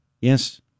Yes